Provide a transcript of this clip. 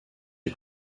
est